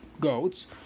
goats